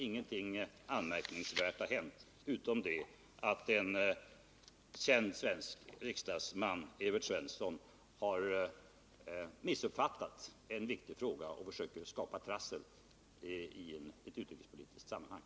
Ingenting anmärkningsvärt har hänt, utom att en svensk riksdagsman — Evert Svensson — har missuppfattat en viktig fråga och att han nu försöker skapa trassel i ett utrikespolitiskt sammanhang.